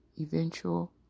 eventual